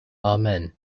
amen